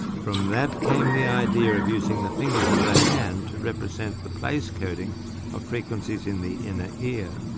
from that came the idea of using the fingers of the hand to represent the place coding of frequencies in the inner ear.